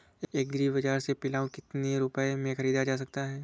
Agree बाजार से पिलाऊ कितनी रुपये में ख़रीदा जा सकता है?